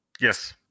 Yes